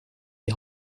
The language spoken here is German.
die